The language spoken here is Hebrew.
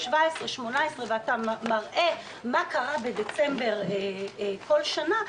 2017 ו-2018 ואתה מראה מה קרה בדצמבר בכל שנה,